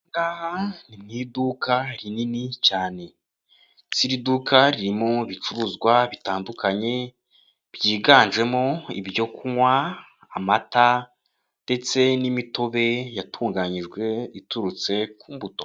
Ni iduka rinini cyane, iduka riririmo ibicuruzwa bitandukanye, byiganjemo ibyo kunywa amata ndetse n'imitobe yatunganyijwe iturutse ku mbuto.